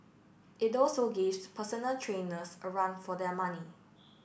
it also gives personal trainers a run for their money